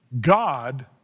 God